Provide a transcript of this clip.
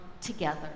together